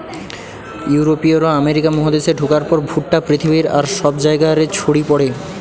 ইউরোপীয়রা আমেরিকা মহাদেশে ঢুকার পর ভুট্টা পৃথিবীর আর সব জায়গা রে ছড়ি পড়ে